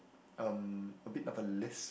um a bit of a lisp